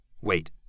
Wait